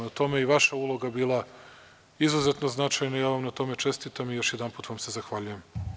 U tome je i vaša uloga bila izuzetno značajna i ja vam na tome čestitam i još jedanput vam se zahvaljujem.